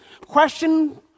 question